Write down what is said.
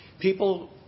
people